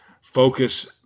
focus